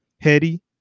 Hetty